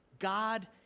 God